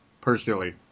personally